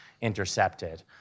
intercepted